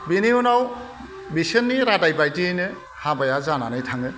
बेनि उनाव बेसोरनि रादाय बायदियैनो हाबाया जानानै थाङो